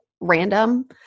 random